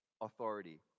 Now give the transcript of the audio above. authority